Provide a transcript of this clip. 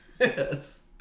yes